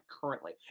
currently